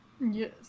Yes